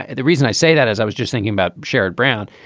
and the reason i say that, as i was just thinking about sherrod brown,